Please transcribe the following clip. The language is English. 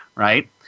Right